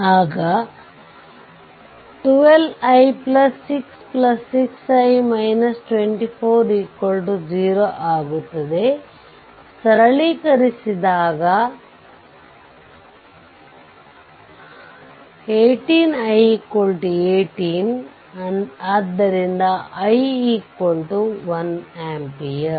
ಆಗ 12 i 66i 24 0 ಆಗುತ್ತದೆ ಸರಳೀಕರಿಸಿದಾಗ 18 i 18 ಆದ್ದರಿಂದ i 1 ampere